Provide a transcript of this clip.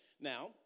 now